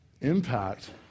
impact